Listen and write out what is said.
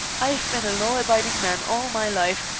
i've been a law-abiding man all my life,